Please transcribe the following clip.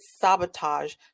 sabotage